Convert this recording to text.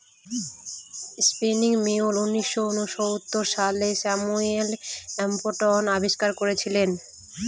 spinning mule উনিশশো ঊনসত্তর সালে স্যামুয়েল ক্রম্পটন আবিষ্কার করেছিলেন